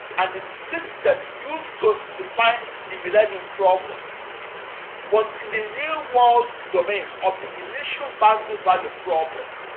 and the system used to define the millennium problem was in the real-world domain of the initial-boundary value problem